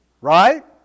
Right